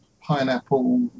pineapple